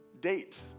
Date